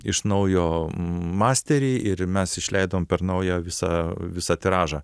iš naujo masterį ir mes išleidom per naują visa visą tiražą